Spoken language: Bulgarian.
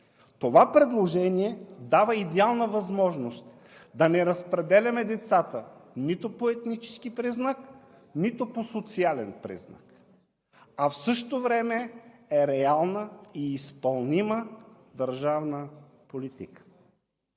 Това предложение дава идеална възможност да не разпределяме децата нито по етнически признак, нито по социален признак, а в същото време е реална и изпълнима държавна политика.